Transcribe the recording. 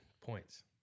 points